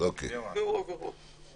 אוקיי, נקבעו עבירות.